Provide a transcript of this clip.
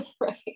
right